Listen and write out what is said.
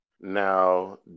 Now